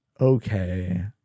okay